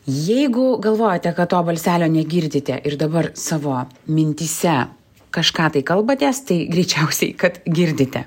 jeigu galvojate kad to balselio negirdite ir dabar savo mintyse kažką tai kalbatės tai greičiausiai kad girdite